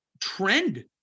trend